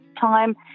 time